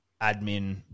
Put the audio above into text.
admin